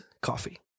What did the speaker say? coffee